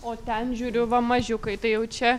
o ten žiūriu va mažiukai tai jau čia